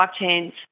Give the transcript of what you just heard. blockchains